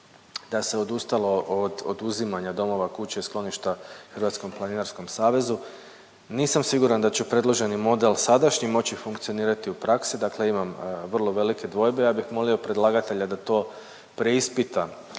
da se odustalo od uzimanja domova, kuća i skloništa Hrvatskom planinarskom savezu. Nisam siguran da će predloženi model sadašnji moći funkcionirati u praksi, dakle imam vrlo velike dvojbe. Ja bih molio predlagatelja da to preispita